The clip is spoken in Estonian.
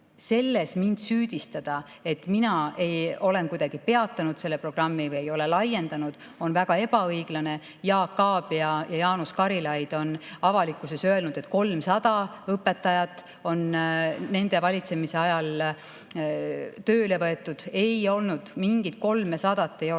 selles mind süüdistada, et mina olen peatanud selle programmi või ei ole seda laiendanud, on väga ebaõiglane. Jaak Aab ja Jaanus Karilaid on avalikkuses öelnud, et 300 õpetajat sai nende valitsemise ajal tööle võetud. Ei ole! Mingit 300 ei ole.